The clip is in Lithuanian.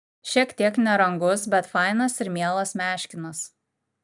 šiek tiek nerangus bet fainas ir mielas meškinas